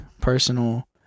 personal